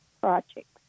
projects